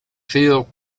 feel